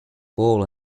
ball